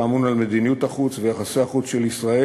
האמון על מדיניות החוץ ויחסי החוץ של ישראל,